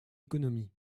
économie